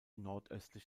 nordöstlich